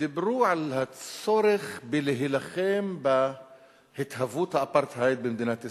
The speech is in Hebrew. ודיברו על הצורך להילחם בהתהוות האפרטהייד במדינת ישראל.